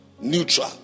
neutral